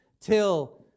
till